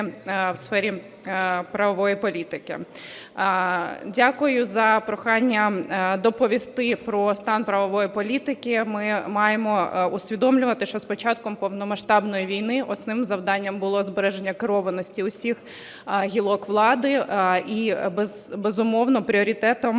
в сфері правової політики. Дякую за прохання доповісти про стан правової політики. Ми маємо усвідомлювати, що з початком повномасштабної війни основним завданням було збереження керованості усіх гілок влади і, безумовно, пріоритетом